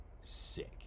Sick